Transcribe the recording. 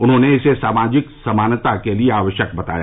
उन्होंने इसे सामाजिक समानता के लिए आवश्यक बताया